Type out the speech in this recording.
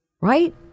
right